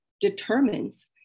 determines